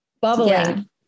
bubbling